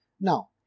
Now